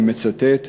אני מצטט: